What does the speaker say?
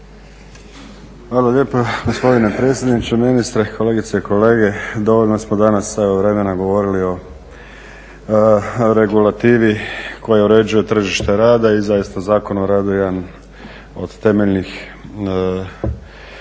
Hvala lijepa gospodine predsjedniče, ministre, kolegice i kolege. Dovoljno smo danas evo vremena govorili o regulativi koja uređuje tržište rada i zaista Zakon o radu jedan od temeljnih pravnih